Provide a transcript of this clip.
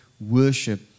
worship